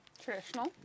Traditional